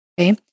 Okay